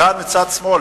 כאן מצד שמאל.